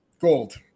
Gold